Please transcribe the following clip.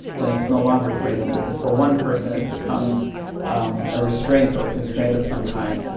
then it's no longer freedom, because for one person, it becomes a restraint or a constraint of some kind.